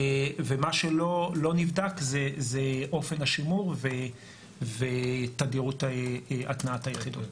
ומה שלא נבדק זה אופן השימור ותדירות התנעת היחידות.